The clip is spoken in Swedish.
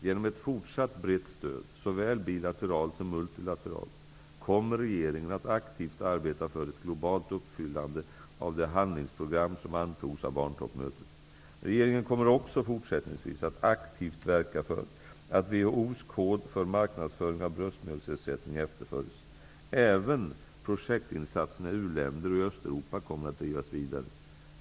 Genom ett fortsatt brett stöd, såväl bilateralt som multilateralt, kommer regeringen att aktivt arbeta för ett globalt uppfyllande av det handlingsprogram som antogs av barntoppmötet. Regeringen kommer också fortsättningsvis att aktivt verka för att WHO:s kod för marknadsföring av bröstmjölksersättning efterföljs. Även projektinsatserna i u-länder och i Östeuropa kommer att drivas vidare.